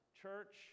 Church